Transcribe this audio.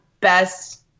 best